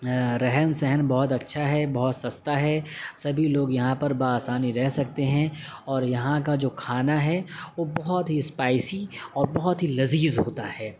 رہن سہن بہت اچھا ہے بہت سستا ہے سبھی لوگ یہاں پر باآسانی رہ سکتے ہیں اور یہاں کا جو کھانا ہے وہ بہت ہی اسپائسی اور بہت ہی لذیذ ہوتا ہے